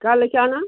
क्या लेकर आना